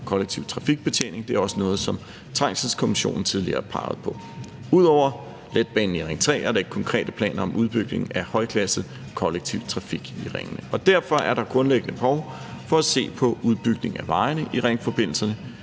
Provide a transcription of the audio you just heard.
kollektiv trafikbetjening. Det er også noget, som Trængselskommissionen tidligere har peget på. Ud over letbanen i Ring 3 er der ikke konkrete planer om udbygning af højklasset kollektiv trafik i ringene, og derfor er der grundlæggende behov for at se på udbygning af vejene i ringforbindelserne.